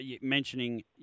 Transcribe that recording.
mentioning